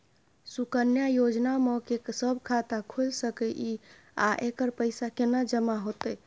सुकन्या योजना म के सब खाता खोइल सके इ आ एकर पैसा केना जमा होतै?